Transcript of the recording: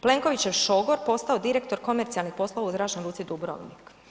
Plenkovićev šogor postao direktor komercijalnih poslova u Zračnoj luci Dubrovnik.